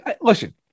listen